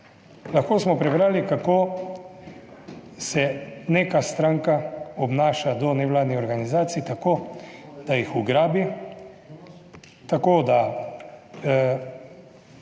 Lahko smo prebrali, kako se neka stranka obnaša do nevladnih organizacij, tako da jih ugrabi, tako da,